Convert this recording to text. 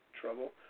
trouble